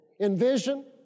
Envision